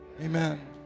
Amen